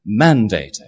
mandated